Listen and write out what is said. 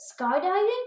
Skydiving